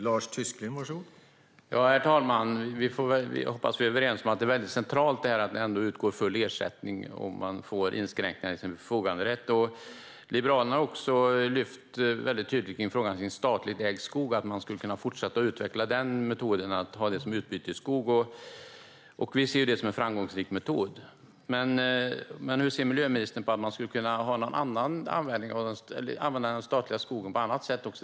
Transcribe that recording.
Herr talman! Jag hoppas att vi är överens om att det är väldigt centralt att det utgår full ersättning om man får inskränkningar i sin förfoganderätt. Liberalerna har tydligt lyft fram frågan om statligt ägd skog och att man skulle kunna fortsätta att utveckla metoden att ha den som utbytesskog. Vi ser det som en framgångsrik metod. Hur ser miljöministern på att man skulle kunna använda den statliga skogen också på annat sätt?